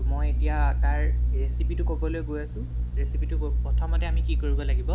ত' মই এতিয়া তাৰ ৰেচিপিটো ক'বলৈ গৈ আছো ৰেচিপিটো প্ৰথমটো আমি কি কৰিব লাগিব